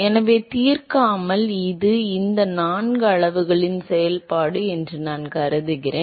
எனவே தீர்க்காமல் இது இந்த நான்கு அளவுகளின் செயல்பாடு என்று நான் கருதுகிறேன்